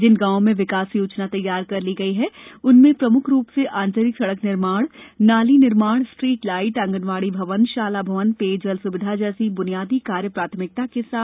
जिन गाँव में विकास योजना तैयार कर ली गयी है उनमें प्रम्ख रूप से आंतरिक सड़क निर्माण नाली निर्माण स्ट्रीट लाइट आँगनवाड़ी भवन शाला भवन पेयजल स्विधा जैसे बुनियादी कार्य प्राथमिकता के साथ किये जा रहे हैं